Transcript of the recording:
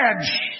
edge